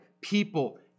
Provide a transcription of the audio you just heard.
people